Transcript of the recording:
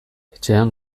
etxean